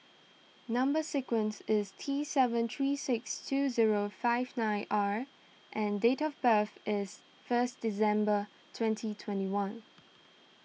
Number Sequence is T seven three six two zero five nine R and date of birth is first December twenty twenty one